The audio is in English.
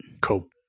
cool